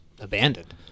abandoned